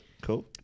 Cool